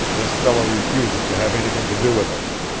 this fellow refuses to have anything to do with us.